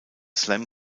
slam